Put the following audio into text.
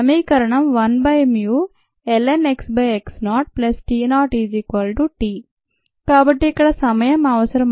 సమీకరణం 1 by mu ln of x కాదు plus సున్నా సమానం కాబట్టి ఇక్కడ సమయం అవసరం